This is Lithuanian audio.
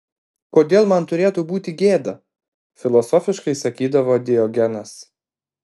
kodėl man turėtų būti gėda filosofiškai sakydavo diogenas